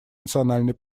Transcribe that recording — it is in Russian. национальной